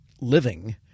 living